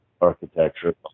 Architecture